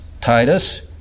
Titus